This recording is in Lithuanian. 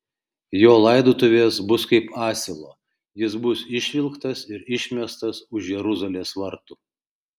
jo laidotuvės bus kaip asilo jis bus išvilktas ir išmestas už jeruzalės vartų